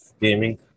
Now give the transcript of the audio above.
gaming